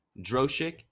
Droshik